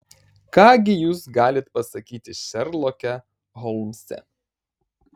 ką gi jūs galit pasakyti šerloke holmse